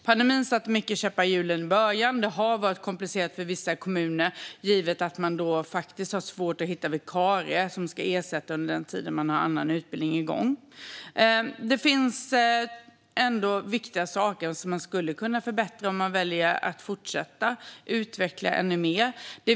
Pandemin satte många käppar i hjulen i början, och det har varit komplicerat för vissa kommuner givet att man haft svårt att hitta vikarier som kunnat ersätta under den tid man haft annan utbildning igång. Det finns ändå viktiga saker som man skulle kunna förbättra om man väljer att fortsätta utveckla detta ännu mer.